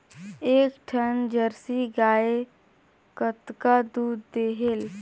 एक ठन जरसी गाय कतका दूध देहेल?